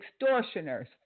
Extortioners